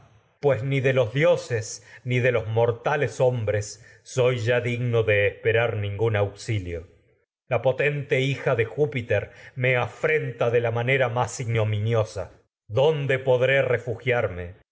ojalá soy de los dioses de mortales hombres ya digno de me esperar ningún auxilio la potente hija de de la manera júpiter afrenta más ignominiosa dónde podré refugiarme